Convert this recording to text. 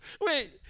Wait